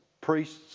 priests